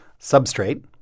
substrate